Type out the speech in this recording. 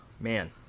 Man